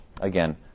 again